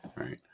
right